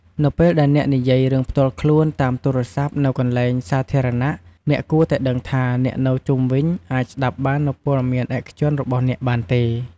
នៅពេលដែលអ្នកនិយាយរឿងផ្ទាល់ខ្លួនតាមទូរស័ព្ទនៅកន្លែងសាធារណៈ អ្នកគួរតែដឹងថា អ្នកនៅជុំវិញអាចស្ដាប់បាននូវព័ត៌មានឯកជនរបស់អ្នកបានទេ។